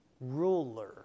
ruler